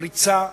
פריצה,